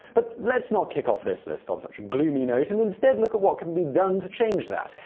but let's not kick off this list on such a gloomy note, and instead look at what can be done to change that.